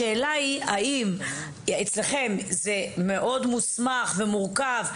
השאלה היא: האם אצלך זה מאוד מוסמך ומורכב,